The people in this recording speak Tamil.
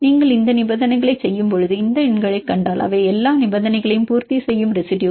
நீங்கள் இந்த நிபந்தனைகளைச் செய்யும் போது இந்த எண்களைக் கண்டால் அவை எல்லா நிபந்தனைகளையும் பூர்த்தி செய்யும் ரெசிடுயுகள்